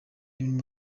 imirimo